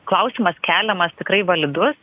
klausimas keliamas tikrai validus